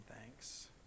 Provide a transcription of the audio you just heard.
thanks